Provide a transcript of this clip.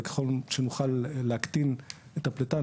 וככל שנוכל להקטין את הפליטה,